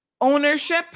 ownership